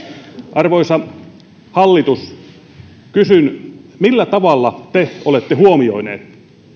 arvoisa hallitus kysyn millä tavalla te olette huomioineet